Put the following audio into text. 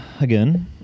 again